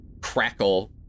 crackle